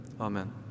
Amen